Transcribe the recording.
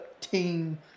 team